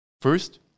First